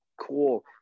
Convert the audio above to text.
cool